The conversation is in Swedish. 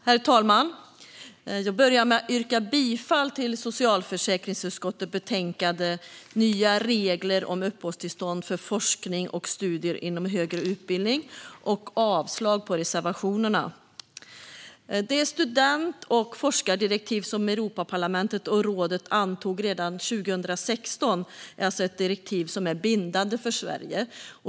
Herr talman! Jag börjar med att yrka bifall till socialförsäkringsutskottets förslag i betänkandet Nya regler om uppehållstillstånd för forskning och studier inom högre utbildning och avslag på reservationerna. Det student och forskardirektiv som Europaparlamentet och rådet antog redan 2016 är alltså ett direktiv som är bindande för Sverige.